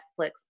Netflix